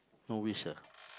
no wish ah